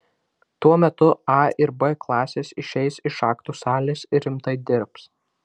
tuo metu a ir b klasės išeis iš aktų salės ir rimtai dirbs